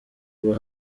kuba